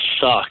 suck